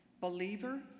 believer